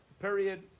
period